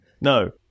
No